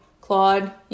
Claude